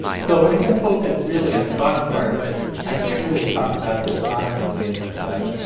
so i'm going to focus really on the bottom part. but i can't really talk about this honestly unless i